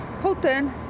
Colton